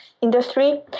industry